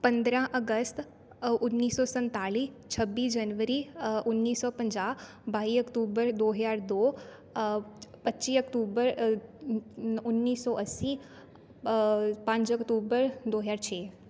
ਪੰਦਰ੍ਹਾਂ ਅਗਸਤ ਉੱਨੀ ਸੌ ਸੰਤਾਲੀ ਛੱਬੀ ਜਨਵਰੀ ਉੱਨੀ ਸੌ ਪੰਜਾਹ ਬਾਈ ਅਕਤੂਬਰ ਦੋ ਹਜ਼ਾਰ ਦੋ ਪੱਚੀ ਅਕਤੂਬਰ ਉੱਨੀ ਸੌ ਅੱਸੀ ਪੰਜ ਅਕਤੂਬਰ ਦੋ ਹਜ਼ਾਰ ਛੇ